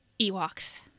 Ewoks